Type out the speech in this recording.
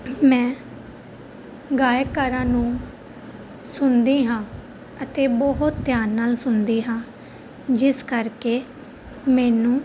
ਮੈਂ ਗਾਇਕਾਂ ਨੂੰ ਸੁਣਦੀ ਹਾਂ ਅਤੇ ਬਹੁਤ ਧਿਆਨ ਨਾਲ ਸੁਣਦੀ ਹਾਂ ਜਿਸ ਕਰਕੇ ਮੈਨੂੰ